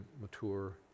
mature